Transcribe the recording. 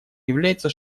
является